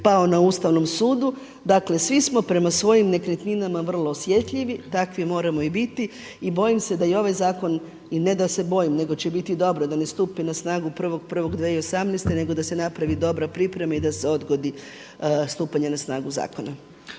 pao na Ustavnom sudu. Dakle, svi smo prema svojim nekretninama vrlo osjetljivi, takvi moramo i biti. I bojim se da i ovaj zakon, ne da se bojim, nego će biti dobro da ne stupi na snagu 1.1.2018., nego da se napravi dobra priprema i da se odgodi stupanje na snagu zakona.